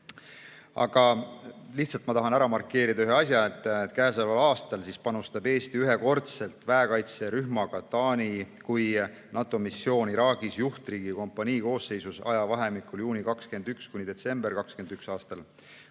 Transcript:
Aga ma tahan ära markeerida ühe asja. Käesoleval aastal panustab Eesti ühekordselt väekaitserühmaga Taani kui NATO missiooni Iraagis juhtriigi kompanii koosseisus ajavahemikul juuni 2021 kuni detsember 2021